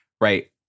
Right